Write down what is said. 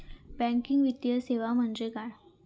Banking वित्तीय सेवा म्हणजे काय?